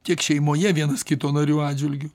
tiek šeimoje vienas kito narių atžvilgiu